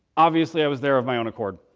obviously, i was there of my own accord.